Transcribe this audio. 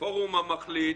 הפורום המחליט.